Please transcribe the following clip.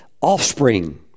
offspring